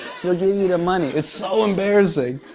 she'll give you the money. it's so embarrassing.